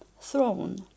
throne